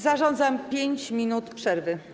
Zarządzam 5 minut przerwy.